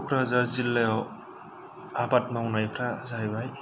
क'क्राझार जिल्लायाव आबाद मावनायफोरा जाहैबाय